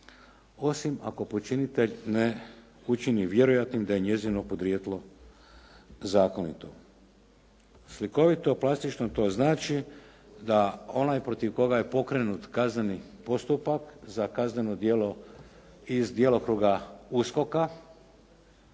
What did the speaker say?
osim ako počinitelj ne počini vjerojatnim da je njezino podrijetlo zakonito. Slikovito plastično to znači da onaj protiv koga je pokrenut kazneni postupak za kazneno djelo iz djelokruga USKOK-a